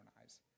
eyes